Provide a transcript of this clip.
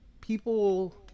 people